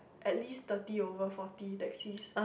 at least thirty over forty taxis